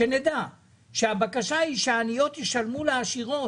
שנדע שהבקשה היא שהעניות ישלמו לעשירות.